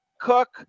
Cook